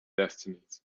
destinies